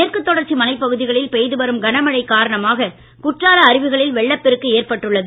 மேற்கு தொடர்ச்சி மலைப் பகுதிகளில் பெய்து வரும் கனமழை காரணமாக குற்றால அருவிகளில் வெள்ளப்பெருக்கு ஏற்பட்டுள்ளது